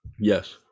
Yes